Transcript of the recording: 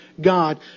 God